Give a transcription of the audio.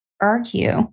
argue